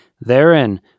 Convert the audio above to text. Therein